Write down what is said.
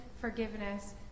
forgiveness